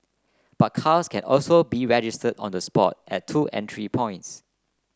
but cars can also be registered on the spot at two entry points